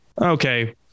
okay